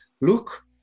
look